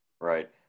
Right